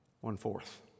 One-fourth